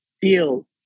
feel